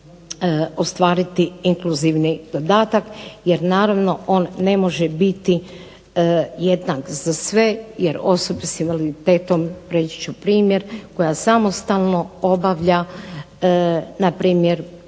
ostvariti inkluzivni dodatak jer naravno on ne može biti jednak za sve. Jer osobe sa invaliditetom reći ću primjer koja samostalno obavlja na primjer